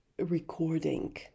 recording